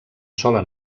sola